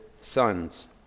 sons